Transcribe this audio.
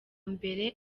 mbere